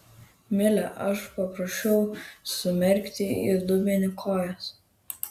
mile aš paprašiau sumerkti į dubenį kojas